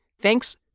thanks